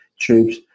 tubes